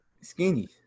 skinny